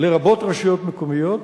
לרבות רשויות מקומיות,